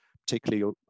particularly